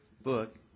book